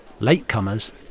Latecomers